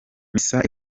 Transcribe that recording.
misa